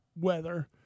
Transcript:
weather